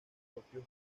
propios